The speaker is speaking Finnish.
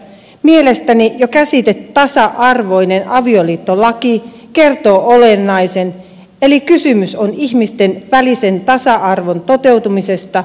mielestäni jo käsite tasa arvoinen avioliittolaki kertoo olennaisen eli kysymys on ihmisten välisen tasa arvon toteutumisesta lainsäädännössä